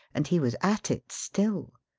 and he was at it still.